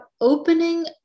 opening